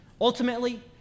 Ultimately